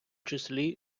числі